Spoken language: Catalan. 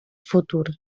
futur